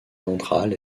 ventrale